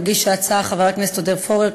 מגיש ההצעה חבר הכנסת עודד פורר,